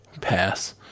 Pass